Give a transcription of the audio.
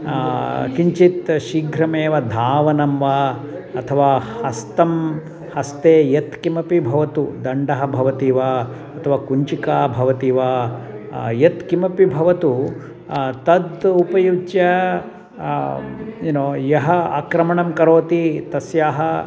किञ्चित् शीघ्रमेव धावनं वा अथवा हस्तं हस्ते यत् किमपि भवतु दण्डः भवति वा अथवा कुञ्चिका भवति वा यत्किमपि भवतु तदुपयुज्य यु नो यः आक्रमणं करोति तस्याः